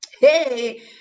Hey